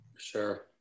sure